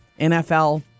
NFL